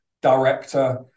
director